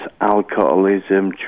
alcoholism